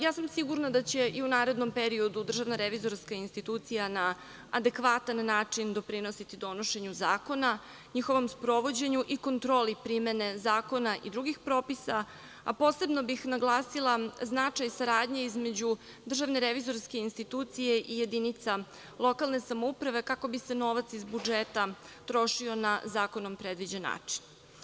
Ja sam sigurna da će i u narednom periodu Državna revizorska institucija na adekvatan način doprinositi donošenju zakona, njihovom sprovođenju i kontroli primene zakona i drugih propisa, a posebno bih naglasila značaj saradnje između Državne revizorske institucije i jedinica lokalne samouprave, kako bi se novac iz budžeta trošio na zakonom predviđen način.